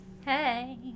Hey